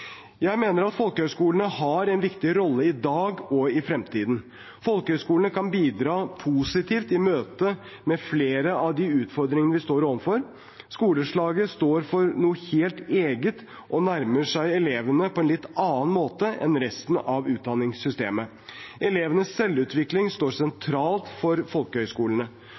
Jeg mener at folkehøyskolene har en viktig rolle i dag og i fremtiden. Folkehøyskolene kan bidra positivt i møte med flere av de utfordringene vi står overfor. Skoleslaget står for noe helt eget og nærmer seg elevene på en litt annen måte enn resten av utdanningssystemet. Elevenes selvutvikling står sentralt for folkehøyskolene.